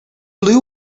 blue